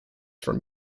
from